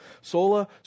sola